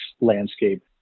landscape